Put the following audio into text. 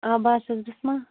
آ بہٕ حظ چھَس بِسما